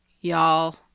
y'all